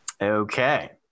Okay